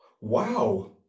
Wow